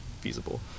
feasible